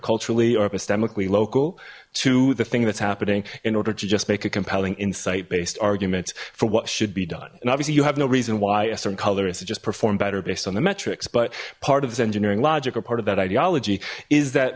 aesthetically local to the thing that's happening in order to just make a compelling insight based argument for what should be done and obviously you have no reason why a certain color is to just perform better based on the metrics but part of this engineering logic or part of that ideology is that